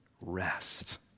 rest